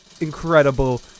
incredible